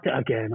again